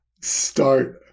start